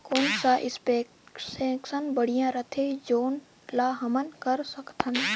कौन सा एप्लिकेशन बढ़िया रथे जोन ल हमन कर सकथन?